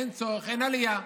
אין צורך, אין עלייה,